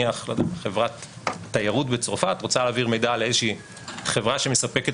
נניח חברת תיירות בצרפת רוצה להעביר מידע על איזושהי חברה שמספקת